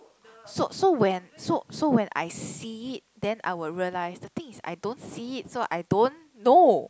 so so when so so when I see it then I will realise the thing is I don't see it so I don't know